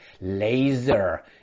laser